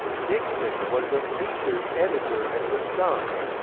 nixson was a features editor at the sun.